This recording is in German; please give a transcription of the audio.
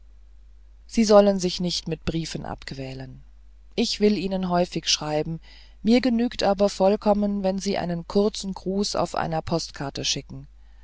sie sollen sich nicht mit briefen abquälen ich will ihnen häufig schreiben mir genügt aber vollkommen wenn sie einen kurzen gruß auf einer postkarte schicken